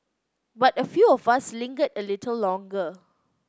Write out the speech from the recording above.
but a few of us lingered a little longer